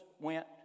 went